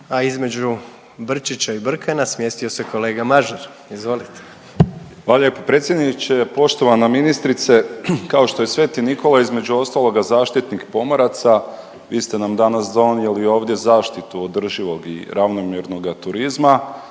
A između Brčića i Brkana, smjestio se kolega Mažar. Izvolite. **Mažar, Nikola (HDZ)** Hvala lijepo predsjedniče. Poštovana ministrice, kao što je Sveti Nikola između ostaloga zaštitnik pomoraca, vi ste nam danas donijeli ovdje zaštitu održivog i ravnomjernoga turizma